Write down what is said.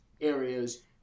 areas